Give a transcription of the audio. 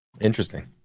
interesting